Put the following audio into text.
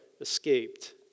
escaped